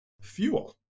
fuel